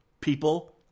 people